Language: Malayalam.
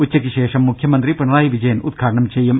ഉച്ചയ്ക്ക് ശേഷം മുഖ്യമന്ത്രി പിണറായി വിജയൻ ഉദ്ഘാടനം ചെയ്യും